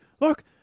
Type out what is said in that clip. look